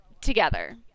together